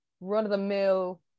run-of-the-mill